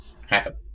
happen